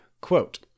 Quote